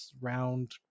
round